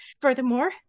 furthermore